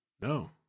No